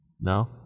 no